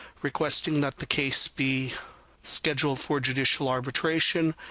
requesting that the case be scheduled for judicial arbitration,